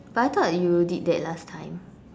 but I thought you did that last time